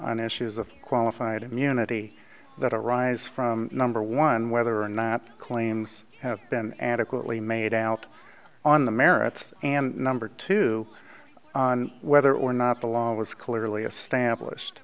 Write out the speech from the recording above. on issues of qualified immunity that arise from number one whether or not claims have been adequately made out on the merits and number two whether or not the law was clearly a sta